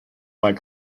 while